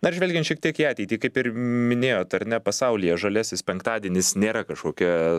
dar žvelgiant šiek tiek į ateitį kaip ir minėjot ar ne pasaulyje žaliasis penktadienis nėra kažkokia